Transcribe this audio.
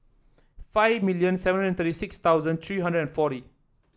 five million seven hundred thirty six thousand three hundred and forty